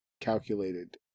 calculated